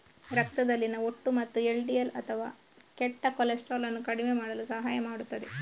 ರಕ್ತದಲ್ಲಿನ ಒಟ್ಟು ಮತ್ತು ಎಲ್.ಡಿ.ಎಲ್ ಅಥವಾ ಕೆಟ್ಟ ಕೊಲೆಸ್ಟ್ರಾಲ್ ಅನ್ನು ಕಡಿಮೆ ಮಾಡಲು ಸಹಾಯ ಮಾಡುತ್ತದೆ